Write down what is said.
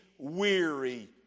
weary